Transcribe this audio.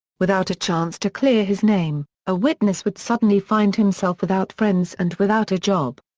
without a chance to clear his name, a witness would suddenly find himself without friends and without a job.